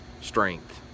strength